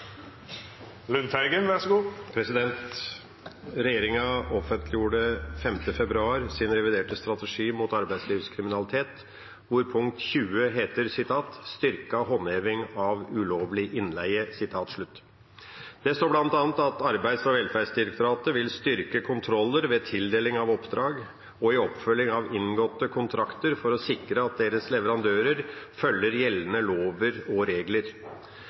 offentliggjorde 5. februar sin reviderte strategi mot arbeidslivskriminalitet hvor punkt 20 heter: «Styrket håndheving av ulovlig innleie». Det står blant annet at Arbeids- og velferdsdirektoratet vil styrke kontroller ved tildeling av oppdrag og i oppfølging av inngåtte kontrakter for å sikre at deres leverandører følger gjeldende lover og regler.